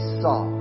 saw